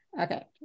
Okay